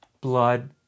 blood